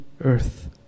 earth